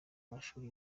mashuri